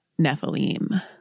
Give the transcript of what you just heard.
Nephilim